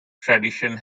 tradition